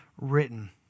written